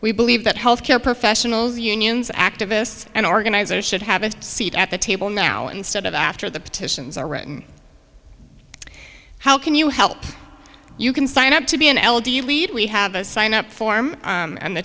we believe that health care professionals unions activists and organizers should have a seat at the table now instead of after the petitions are written how can you help you can sign up to be an elder you lead we have a sign up form on the